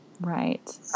Right